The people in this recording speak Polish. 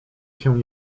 się